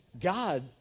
God